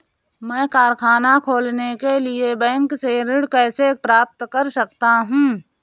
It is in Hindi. मैं कारखाना खोलने के लिए बैंक से ऋण कैसे प्राप्त कर सकता हूँ?